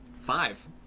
five